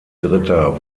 dritter